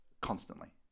constantly